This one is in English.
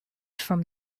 from